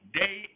day